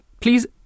Please